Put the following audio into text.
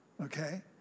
okay